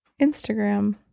Instagram